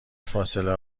فاصله